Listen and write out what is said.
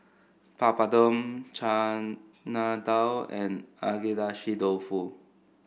Papadum Chana Dal and Agedashi Dofu